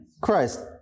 Christ